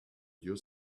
your